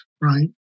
right